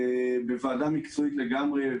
בוועדה מקצועית לגמרי.